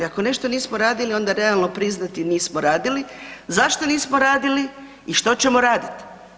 Ako nešto nismo radili onda realno priznati nismo radili, zašto nismo radili i što ćemo raditi.